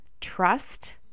trust